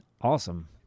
awesome